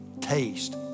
taste